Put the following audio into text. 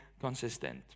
consistent